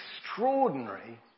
extraordinary